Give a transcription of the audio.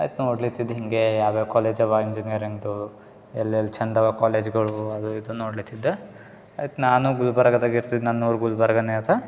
ಆಯ್ತು ನೋಡ್ಲತಿದ್ ಹಿಂಗೇ ಯಾವ್ಯಾವ ಕಾಲೇಜ್ ಆವಾ ಇಂಜಿನಿಯರಿಂಗ್ದು ಎಲ್ಲೆಲ್ಲಿ ಛಂದ್ ಅವಾ ಕಾಲೇಜ್ಗಳು ಅದು ಇದು ನೋಡ್ಲತಿದ್ದೆ ಆಯ್ತು ನಾನು ಗುಲ್ಬರ್ಗದಾಗೆ ಇರ್ತಿದ್ದೆ ನನ್ನ ಊರು ಗುಲ್ಬರ್ಗ ಅದ